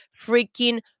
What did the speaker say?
freaking